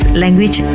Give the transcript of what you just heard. language